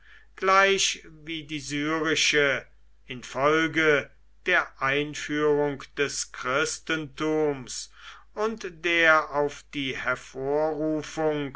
wie die syrische infolge der einführung des christentums und der auf die